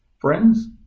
Friends